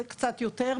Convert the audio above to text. זה קצת יותר.